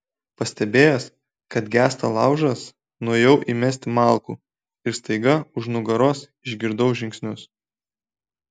pastebėjęs kad gęsta laužas nuėjau įmesti malkų ir staiga už nugaros išgirdau žingsnius